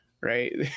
right